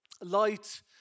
Light